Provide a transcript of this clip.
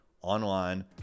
online